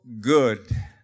good